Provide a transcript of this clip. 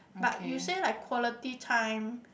but you say like quality time